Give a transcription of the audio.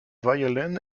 violin